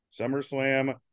SummerSlam